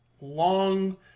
long